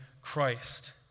Christ